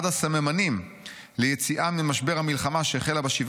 אחד הסממנים ליציאה ממשבר המלחמה שהחלה ב-7